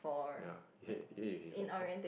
ya you ate with him before